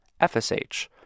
FSH